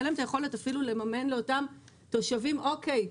אין להן את היכולת אפילו לממן לאותם תושבים אוקיי,